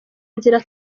inzira